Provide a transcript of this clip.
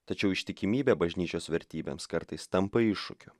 tačiau ištikimybė bažnyčios vertybėms kartais tampa iššūkiu